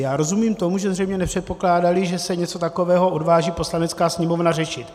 Já rozumím tomu, že zřejmě nepředpokládali, že se něco takového odváží Poslanecká sněmovna řešit.